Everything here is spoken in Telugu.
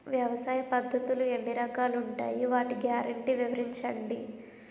వ్యవసాయ పద్ధతులు ఎన్ని రకాలు ఉంటాయి? వాటి గ్యారంటీ వివరించండి?